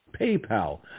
PayPal